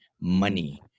money